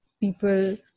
people